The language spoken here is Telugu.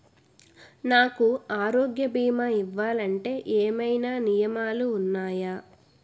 నాకు ఆరోగ్య భీమా ఇవ్వాలంటే ఏమైనా నియమాలు వున్నాయా?